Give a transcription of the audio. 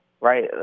right